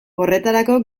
horretarako